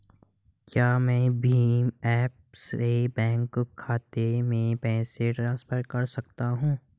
क्या मैं भीम ऐप से बैंक खाते में पैसे ट्रांसफर कर सकता हूँ?